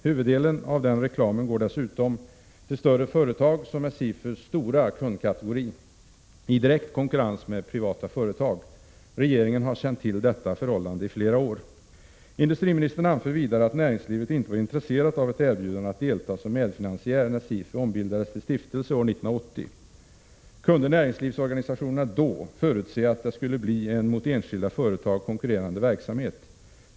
Huvuddelen av den reklamen går dessutom till större företag som är SIFU:s stora kundkategori, i direkt konkurrens med privata företag. Regeringen har känt till detta förhållande i flera år. Industriministern anför vidare att näringslivet inte var intresserat av ett erbjudande att delta som medfinansiär när SIFU ombildades till stiftelse år 1980. Kunde näringslivsorganisationerna då förutse att det skulle bli en mot enskilda företag konkurrerande verksamhet?